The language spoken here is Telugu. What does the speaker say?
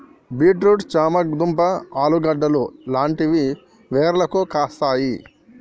బీట్ రూట్ చామ దుంప ఆలుగడ్డలు లాంటివి వేర్లకు కాస్తాయి